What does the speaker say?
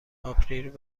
آپریل